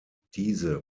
diese